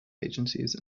agencies